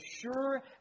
sure